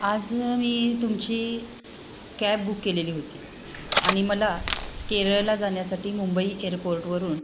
आज मी तुमची कॅब बुक केलेली होती आणि मला केरळला जाण्यासाठी मुंबई एअरपोर्टवरून